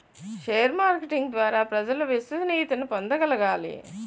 share marketing ద్వారా ప్రజలు విశ్వసనీయతను పొందగలగాలి